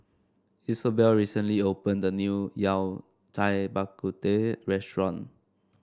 Isobel recently opened a new Yao Cai Bak Kut Teh restaurant